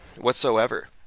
whatsoever